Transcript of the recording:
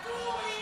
ואטורי,